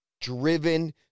driven